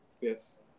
Yes